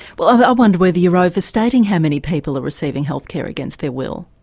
well i ah wonder whether you're overstating how many people are receiving healthcare against their will.